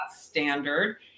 standard